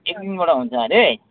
एक दुई दिनबाट हुन्छ हरे